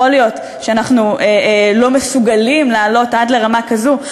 יכול להיות שאנחנו לא מסוגלים לעלות עד לרמה כזאת,